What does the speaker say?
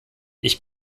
ich